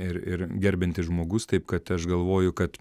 ir ir gerbiantis žmogus taip kad aš galvoju kad